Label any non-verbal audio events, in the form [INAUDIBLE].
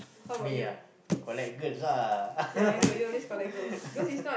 me ah collect girls ah [LAUGHS]